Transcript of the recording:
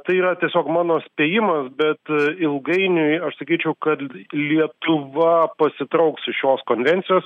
tai yra tiesiog mano spėjimas bet ilgainiui aš sakyčiau kad lietuva pasitrauks iš šios konvencijos